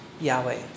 Yahweh